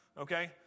okay